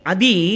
Adi